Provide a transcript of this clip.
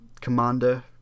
Commander